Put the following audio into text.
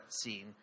scene